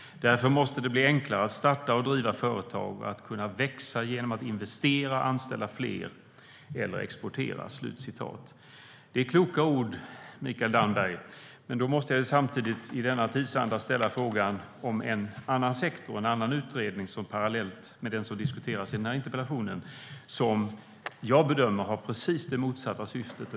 Därför måste det bli enklare att starta och driva företag, att kunna växa genom att investera, anställa fler eller exportera." Det är kloka ord, Mikael Damberg. Men jag måste samtidigt i denna tidsanda ställa en fråga om en annan sektor och en annan utredning som görs parallellt med den som diskuteras i interpellationen och som jag bedömer har precis det motsatta syftet.